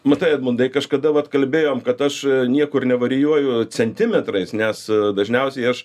matai edmundai kažkada vat kalbėjom kad aš niekur nevarijuoju centimetrais nes dažniausiai aš